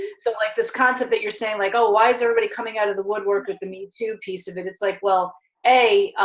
so like this concept that you're saying, like oh why is everybody coming out of the woodwork, with the metoo piece of it, it's like well a,